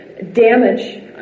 damage